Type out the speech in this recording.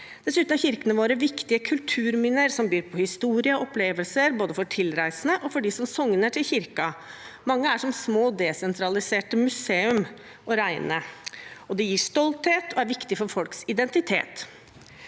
Dessuten er kirkene våre viktige kulturminner, som byr på historie og opplevelser både for tilreisende og for dem som sogner til kirken. Mange er som små, desentraliserte museum å regne, og de gir stolthet og er viktige for folks identitet.